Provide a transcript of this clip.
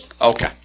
Okay